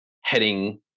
heading